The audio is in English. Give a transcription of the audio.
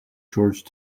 george